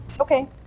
okay